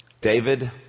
David